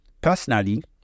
Personally